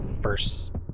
first